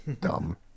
Dumb